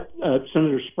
Senator